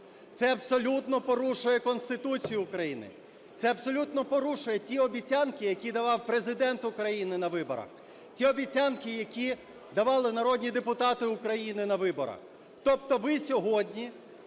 Це абсолютно порушує Конституцію України. Це абсолютно порушує ті обіцянки, які давав Президент України на виборах, ті обіцянки, які давали народні депутати України на виборах. Тобто ви сьогодні